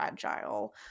fragile